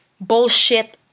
bullshit